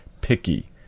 picky